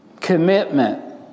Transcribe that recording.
Commitment